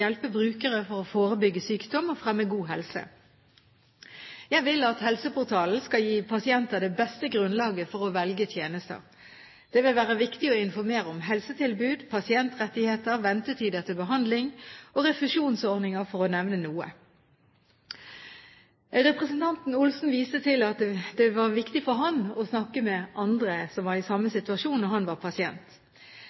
hjelpe brukerne med å forebygge sykdom og fremme god helse. Jeg vil at helseportalen skal gi pasienter det beste grunnlaget for å velge tjenester. Det vil være viktig å informere om helsetilbud, pasientrettigheter, ventetider til behandling og refusjonsordninger – for å nevne noe. Representanten Per Arne Olsen viste til at det var viktig for ham å snakke med andre som var i samme